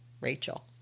Rachel